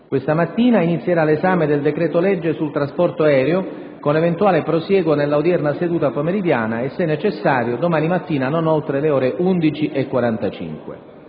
Questa mattina inizierà l'esame del decreto-legge sul trasporto aereo, con eventuale prosieguo nella odierna seduta pomeridiana e, se necessario, domani mattina non oltre le ore 11,45.